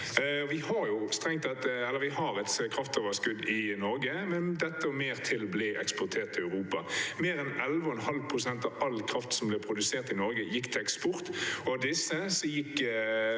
Vi har et kraftoverskudd i Norge, men dette – og mer til – blir eksportert til Europa. Mer enn 11,5 pst. av all kraft som ble produsert i Norge, gikk til eksport. Av dette gikk